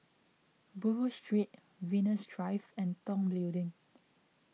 Buroh Street Venus Drive and Tong Building